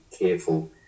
careful